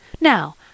Now